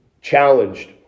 challenged